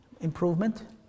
improvement